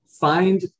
Find